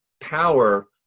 power